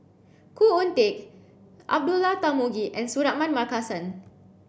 Khoo Oon Teik Abdullah Tarmugi and Suratman Markasan